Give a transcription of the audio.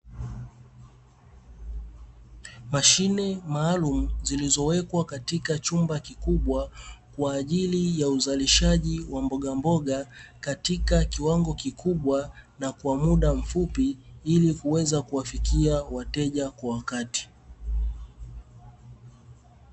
Mashine maalumu zilizowekwa katika chumba kikubwa kwa ajili ya uzalishaji wa mboga mboga, katika kiwango kikubwa na kwa muda mfupi ili kuweza kuwafikia wateja kwa wakati.